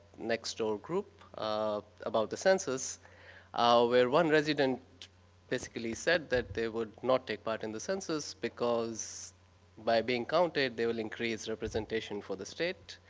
next door group, um about the census where one resident basically said that they would not take part in the census because by being counted they will increase representation for the state,